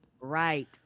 Right